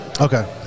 Okay